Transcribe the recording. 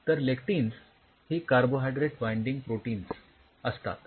तर लॅक्टीनस ही carbohydrate binding proteins असतात